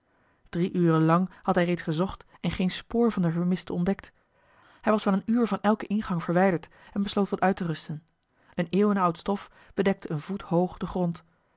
drie uren lang had hij reeds gezocht en geen spoor van den vermiste ontdekt hij was wel een uur van elken ingang verwijderd en besloot wat uit te rusten een eeuwenoud stof bedekte een voet hoog den grond